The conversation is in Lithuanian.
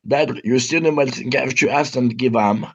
dar justinui marcinkevičiui esant gyvam